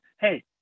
hey